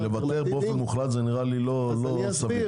לבטל באופן מוחלט נראה לי לא סביר.